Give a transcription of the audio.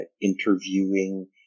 interviewing